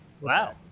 Wow